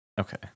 Okay